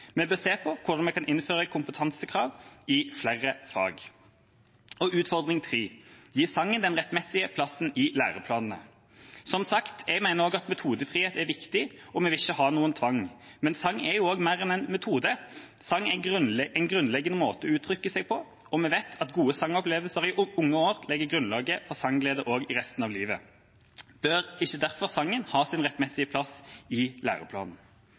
på hvordan vi kan innføre kompetansekrav i flere fag. Utfordring 3: Gi sangen den rettmessige plassen i læreplanene. Som sagt: Jeg mener også at metodefrihet er viktig, og vi vil ikke ha noen tvang. Men sang er mer enn en metode. Sang er en grunnleggende måte å uttrykke seg på, og vi vet at gode sangopplevelser i unge år legger grunnlag for sangglede også resten av livet. Bør ikke derfor sangen ha sin rettmessige plass i læreplanen?